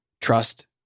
trust